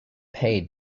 paid